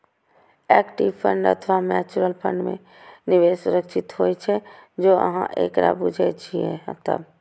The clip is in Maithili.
इक्विटी फंड अथवा म्यूचुअल फंड मे निवेश सुरक्षित होइ छै, जौं अहां एकरा बूझे छियै तब